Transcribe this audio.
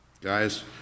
Guys